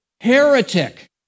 heretic